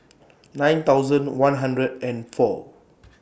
nine thousand one hundred and four